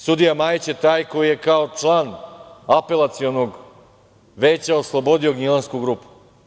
Sudija Majić je taj koji je kao član Apelacionog veća oslobodio Gnjilansku grupu.